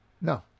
No